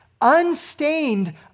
unstained